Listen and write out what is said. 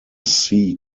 sea